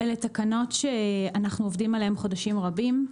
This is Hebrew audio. שאלה תקנות שאנחנו עובדים עליהן חודשים רבים.